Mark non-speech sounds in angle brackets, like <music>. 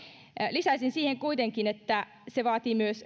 lisäisin siihen kuitenkin että se vaatii myös <unintelligible>